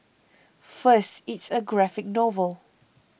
first it's a graphic novel